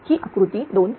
ही आकृती 2b आहे